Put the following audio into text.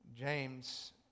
James